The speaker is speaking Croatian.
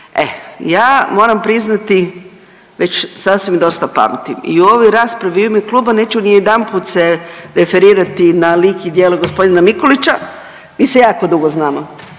ja moramo priznati već sasvim dosta pamtim i u ovoj raspravi u ime kluba neću nijedanput se referirati na lik i djelo gospodina Mikulića, mi se jako dugo znamo